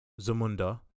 Zamunda